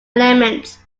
elements